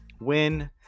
win